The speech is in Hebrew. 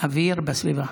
"אוויר בסביבה".